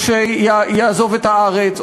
או שיעזוב את הארץ,